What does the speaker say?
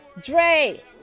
Dre